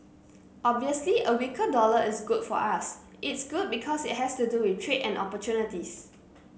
obviously a weaker dollar is good for us it's good because it has to do with trade and opportunities